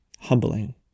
humbling